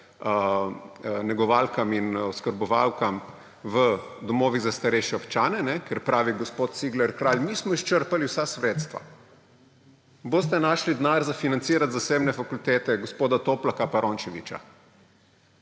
negovalkam in oskrbovalkam v domovih za starejše občane, ker pravi gospod Cigler Kralj: »Mi smo izčrpali vsa sredstva.« Ampak boste pa našli denar za financiranje zasebne fakultete gospoda Toplaka in Rončeviča.